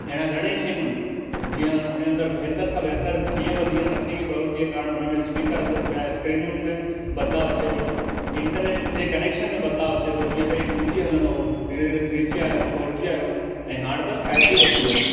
अहिड़ा घणेई शयूं आहिनि जीअं हुनजे अंदरि बहितरु सां बहितरु ॾींहं ब ॾींहं तकनिकी प्रवृति जे कारण हुनमें स्पीकर अचनि पिया स्क्रीनुंन में बदलाव अचे पियो इंटरनेट जे कनेक्शन में बदलाव अचे पियो जीअं पहिरें टू जी हलंदो हो धीरे धीरे थ्री जी आयो फ़ोर जी आयो ऐं हाण त फ़ाइव जी बि अची वियो आहे